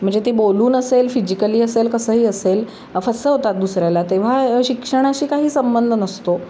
म्हणजे ते बोलून असेल फिजिकली असेल कसंही असेल फसवतात दुसऱ्याला तेव्हा शिक्षणाशी काही संबंध नसतो